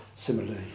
Similarly